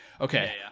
Okay